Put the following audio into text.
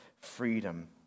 Freedom